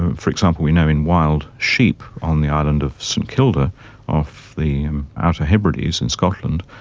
and for example we know in wild sheep on the island of st kilda off the outer hebrides in scotland,